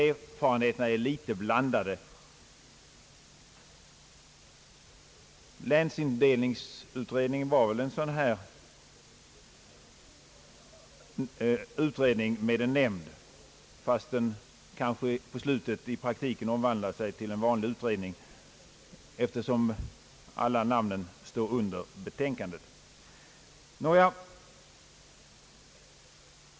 Erfarenheterna är kanske litet blandade. Länsindelningsutredningen var en sådan här utredning med en nämnd, fastän den i praktiken på slutet omvandlade sig till en vanlig utredning, eftersom alla namn stod under betänkandet.